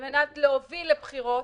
על מנת להוביל לבחירות.